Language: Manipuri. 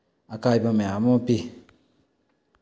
ꯑꯀꯥꯏꯕ ꯃꯌꯥꯝ ꯑꯃ ꯄꯤ